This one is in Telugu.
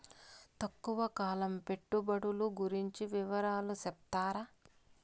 తక్కువ కాలం పెట్టుబడులు గురించి వివరాలు సెప్తారా?